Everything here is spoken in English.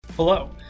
Hello